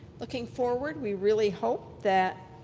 looking forward, we really hope that